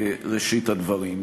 בראשית הדברים.